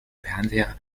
fernseher